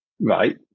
Right